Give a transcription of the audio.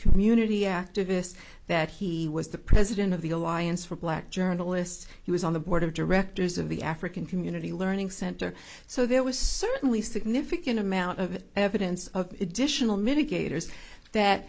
community activist that he was the president of the alliance for black journalists he was on the board of directors of the african community learning center so there was certainly significant amount of evidence of additional mitigators that